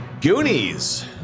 Goonies